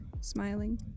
smiling